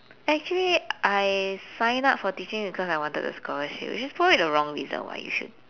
actually I signed up for teaching because I wanted the scholarship which is probably the wrong reason why you should